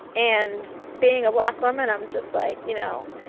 and being a black woman, i'm just like, you know,